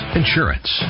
insurance